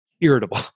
irritable